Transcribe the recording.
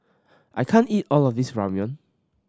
I can't eat all of this Ramyeon